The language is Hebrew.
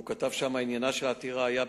והוא כתב שם: עניינה של העתירה היה,